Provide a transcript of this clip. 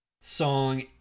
song